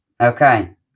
okay